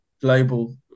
global